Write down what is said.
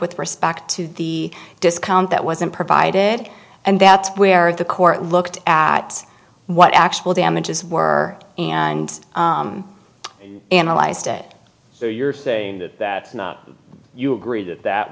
with respect to the discount that wasn't provided and that's where the court looked at what actual damages were and analyzed it so you're saying that that you agree that that